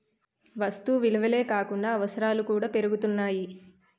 వస్తు విలువలే కాకుండా అవసరాలు కూడా పెరుగుతున్నాయి